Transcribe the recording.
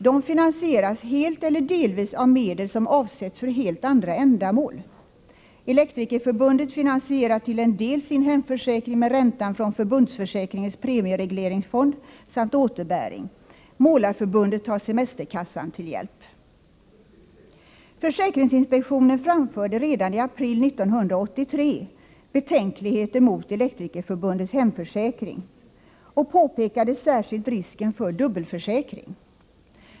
De finansieras helt eller delvis av medel som avsetts för helt andra ändamål. Elektrikerförbundet finansierar till en del sin hemförsäkring med räntan från förbundsförsäkringens premieregleringsfond samt återbäring. Målareförbundet tar semesterkassan till hjälp. Försäkringsinspektionen framförde redan i april 1983 betänkligheter mot Elektrikerförbundets hemförsäkring och påpekade särskilt risken för dubbelförsäkring.